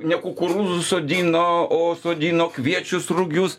ne kukurūzus sodino o sodino kviečius rugius